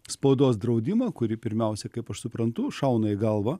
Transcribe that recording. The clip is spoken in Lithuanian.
spaudos draudimą kuri pirmiausia kaip aš suprantu šauna į galvą